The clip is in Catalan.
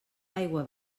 aigua